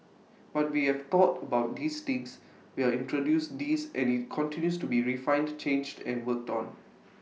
but we have thought about these things we've introduced these and IT continues to be refined changed and worked on